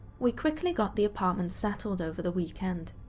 we quickly got the apartment settled over the weekend.